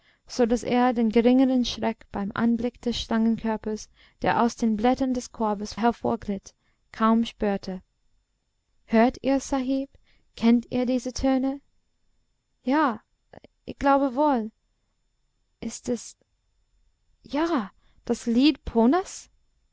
so daß er den geringeren schreck beim anblick des schlangenkörpers der aus den blättern des korbes hervorglitt kaum spürte hört ihr sahib kennt ihr diese töne ja ich glaube wohl ist es ja das lied